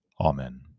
Amen